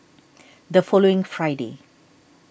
the following Friday